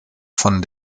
von